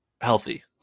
healthy